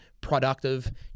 productive